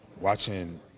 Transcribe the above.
watching